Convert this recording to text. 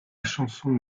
chanson